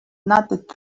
not